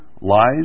lies